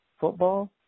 football